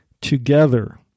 together